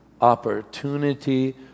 opportunity